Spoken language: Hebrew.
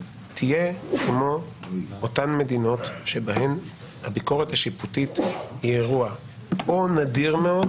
תהיה כמו אותן מדינות בהן הביקורת השיפוטית היא אירוע או נדיר מאוד